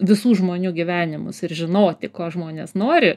visų žmonių gyvenimus ir žinoti ko žmonės nori